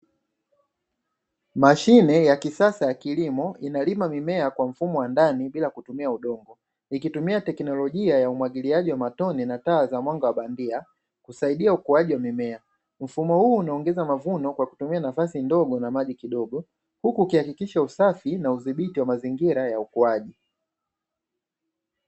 Mashine ya kisasa ya kilimo inalima mimea kwa mfumo wa ndani bila kutumia udongo, ikitumia teknolojia ya umwagiliaji wa matone na taa za mwanga wa bandia husaidia ukuaji wa mimea, mfumo huu unaongeza mavuno kwa kutumia nafasi ndogo na maji kidogo huku ukihakikisha usafi na udhibiti wa mazingira ya ukuaji.